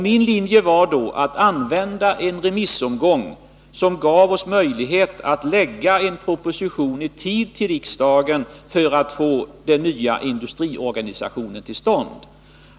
Min linje var då att använda en remissomgång som gav oss möjlighet att lägga fram en proposition för riksdagen i tid för att få den nya industriorganisationen till stånd.